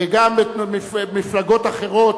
וגם מפלגות אחרות,